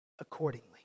accordingly